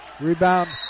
Rebound